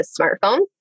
smartphone